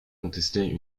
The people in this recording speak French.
contester